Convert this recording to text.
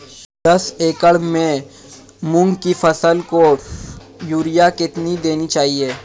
दस एकड़ में मूंग की फसल को यूरिया कितनी देनी होगी?